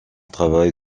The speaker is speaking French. travail